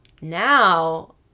now